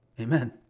Amen